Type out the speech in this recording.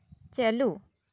ᱪᱟᱹᱞᱩ